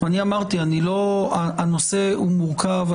ואני אמרתי, הנושא הוא מורכב.